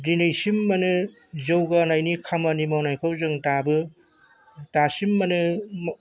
दिनैसिम माने जौगानायनि खामानि मावनायखौ जों दाबो दासिम माने